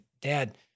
dad